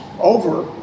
over